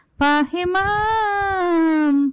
pahimam